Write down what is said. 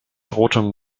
rotem